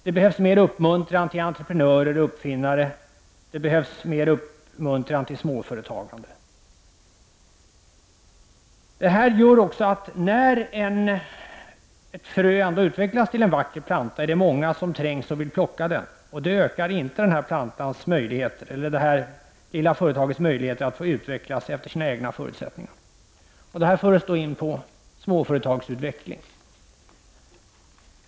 Det behövs mer uppmuntran till entreprenörer och uppfinnare och mer uppmuntran till småföretagare. Detta gör att när ett frö ändå utvecklas till en vacker planta är det många som trängs och vill plocka den. Det ökar inte det lilla företagets möjligheter att få utvecklas efter sina egna förutsättningar. Detta för oss in på småföretagsutveckling.